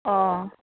अ